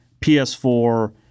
PS4